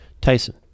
Tyson